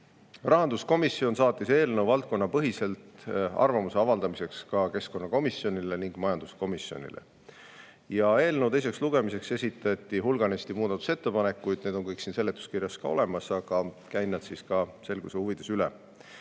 Rahanduskomisjon saatis eelnõu valdkonnapõhiselt arvamuse avaldamiseks ka keskkonnakomisjonile ja majanduskomisjonile. Eelnõu teiseks lugemiseks esitati hulganisti muudatusettepanekuid, need on kõik siin seletuskirjas olemas, aga käin nad selguse huvides üle.